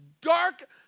dark